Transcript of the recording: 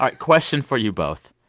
like question for you both.